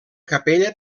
capella